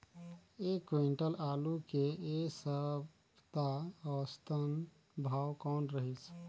एक क्विंटल आलू के ऐ सप्ता औसतन भाव कौन रहिस?